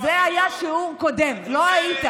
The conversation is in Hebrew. לא,